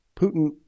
Putin